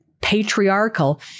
patriarchal